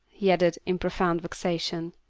he added, in profound vexation.